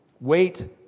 Wait